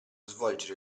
svolgere